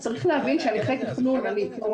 הוא לא חשב שהוא מיותר.